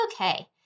Okay